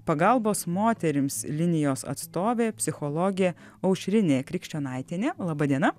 pagalbos moterims linijos atstovė psichologė aušrinė krikščionaitienė laba diena